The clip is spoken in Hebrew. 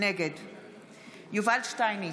נגד יובל שטייניץ,